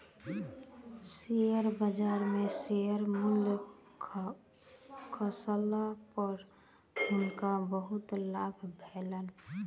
share बजार में share मूल्य खसला पर हुनकर बहुत लाभ भेलैन